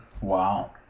Wow